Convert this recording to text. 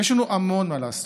יש לנו המון מה לעשות.